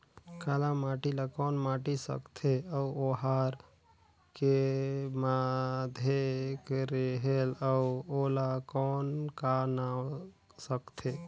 काला माटी ला कौन माटी सकथे अउ ओहार के माधेक रेहेल अउ ओला कौन का नाव सकथे?